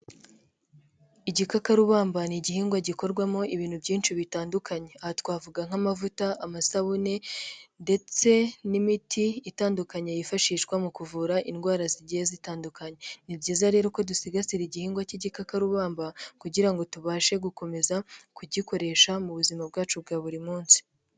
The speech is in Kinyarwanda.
Igikakarubammba ni igihingwa gikorwamo ibintu byinshi bitandukanye, aha twavuga nk'amavuta, amasabune ndetse n'imiti itandukanye yifashishwa mu kuvura indwara zigiye zitandukanye, ni byiza rero ko dusigasira igihingwa k'igikakarubamba kugira ngo tubashe gukomeza kugikoresha mu buzima bwacu bwa buri munsi.